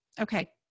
Okay